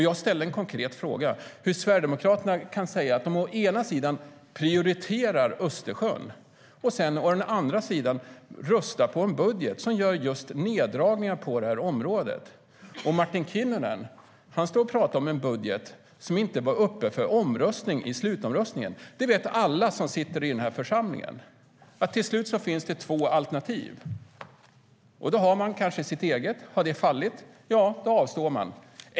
Jag ställde en konkret fråga om hur Sverigedemokraterna å ena sidan kan säga att de prioriterar Östersjön och å andra sidan röstar på en budget som gör neddragningar på området. Martin Kinnunen står och pratar om en budget som inte var uppe för omröstning i slutomröstningen. Alla som sitter i den här församlingen vet att det till slut finns två alternativ att rösta på. Har ens eget alternativ fallit avstår man från att rösta.